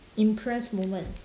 impressed moment